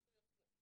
את הסף כיסוי עצמו.